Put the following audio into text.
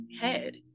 head